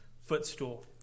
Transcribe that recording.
footstool